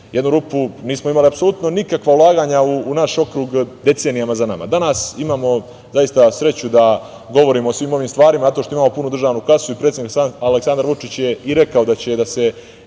jednu rupu, nismo imali apsolutno nikakva ulaganja u naš okrug decenijama za nama. Danas imamo zaista sreću da govorimo o svim ovim stvarima, zato što imamo punu državnu kasu i predsednik Aleksandar Vučić je i rekao da će sve